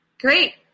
Great